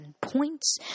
points